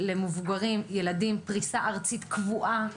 למבוגרים וילדים בפריסה ארצית קבועה,